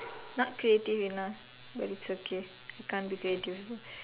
not creative enough but it's okay it can't be creative also